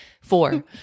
Four